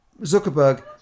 Zuckerberg